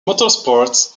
motorsports